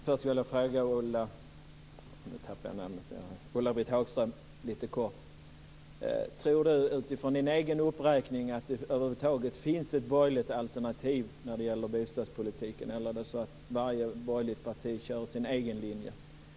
Fru talman! Först skulle jag helt kort vilja fråga Ulla-Britt Hagström om hon utifrån sin egen uppräkning tror att det över huvud taget finns ett möjligt alternativ när det gäller bostadspolitiken. Eller är det så att varje borgerligt parti kör sin egen linje?